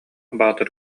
баатыр